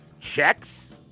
checks